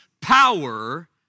power